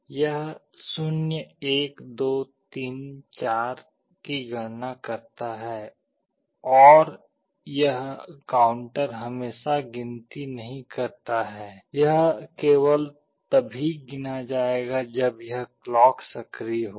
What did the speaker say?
यह 0 1 2 3 4 की गणना करता है और यह काउंटर हमेशा गिनती नहीं करता है यह केवल तभी गिना जाएगा जब यह क्लॉक सक्रिय होगा